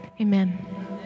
Amen